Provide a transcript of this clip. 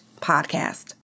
podcast